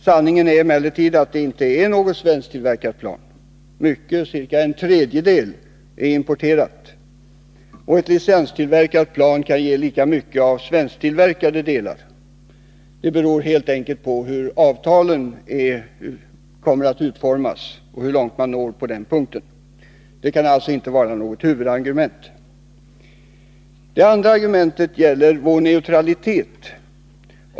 Sanningen är emellertid att det inte är något svensktillverkat plan. Ca en tredjedel är importerad. Och ett licenstillverkat plan kan innebära lika mycket av svensktillverkade delar — det beror helt enkelt på hur avtalen utformas, hur långt man når på den punkten. Detta kan alltså inte vara något huvudargument. Det andra argumentet gäller vår neutralitet.